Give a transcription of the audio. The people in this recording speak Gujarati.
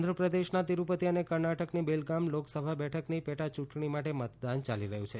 આંધ્રપ્રદેશના તિરૂપતિ અને કર્ણાટકની બેલગામ લોકસભા બેઠકની પેટા ચૂંટણી માટે મતદાન યાલી રહ્યું છે